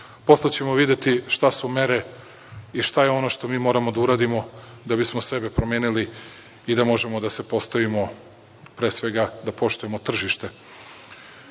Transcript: Posle ćemo videti šta su mere i šta je ono što mi moramo da uradimo da bismo sebe promenili i da možemo da se postavimo i, pre svega, da poštujemo